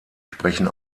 sprechen